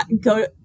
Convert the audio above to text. go